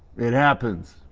it happens,